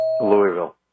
Louisville